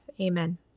Amen